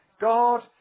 God